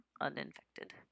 uninfected